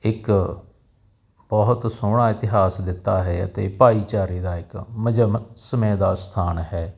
ਇੱਕ ਬਹੁਤ ਸੋਹਣਾ ਇਤਿਹਾਸ ਦਿੱਤਾ ਹੈ ਅਤੇ ਭਾਈਚਾਰੇ ਦਾ ਇੱਕ ਮਜਮ ਸਮੇਂ ਦਾ ਸਥਾਨ ਹੈ